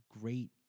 great